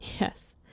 Yes